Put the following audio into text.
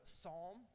Psalm